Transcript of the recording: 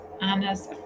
Anna's